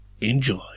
Enjoy